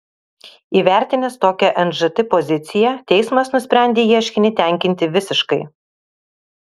įvertinęs tokią nžt poziciją teismas nusprendė ieškinį tenkinti visiškai